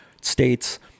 states